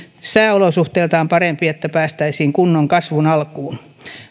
sääolosuhteiltaan parempi että päästäisiin kunnon kasvun alkuun